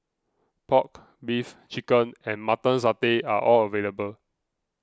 Pork Beef Chicken and Mutton Satay are all available